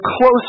close